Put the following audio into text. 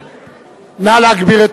נא להגביר את